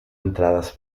entradas